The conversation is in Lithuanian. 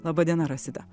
laba diena rasita